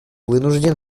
вынужден